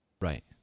Right